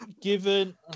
Given